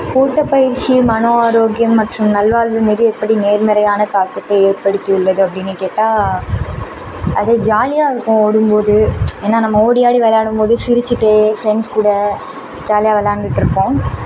ஓட்டப்பயிற்சி மன ஆரோக்கியம் மற்றும் நல்வாழ்வு மீது எப்படி நேர்மறையான தாக்கத்தை ஏற்படுத்தியுள்ளது அப்படின்னு கேட்டால் அது ஜாலியாக இருக்கும் ஓடும் போது ஏன்னால் நம்ம ஓடி ஆடி விளையாடும் போது சிரிச்சுட்டே ஃப்ரெண்ட்ஸ் கூட ஜாலியாக விளயாண்டுட்டு இருப்போம்